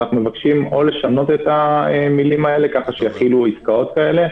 אנחנו מבקשים או לשנות את המילים האלה ככה שיכילו עסקאות כאלה,